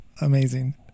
Amazing